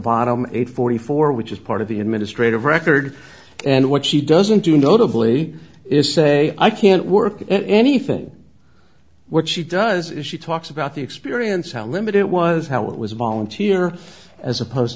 bottom eight forty four which is part of the administrative record and what she doesn't do notably is say i can't work anything what she does is she talks about the experience how limited it was how it was a volunteer as opposed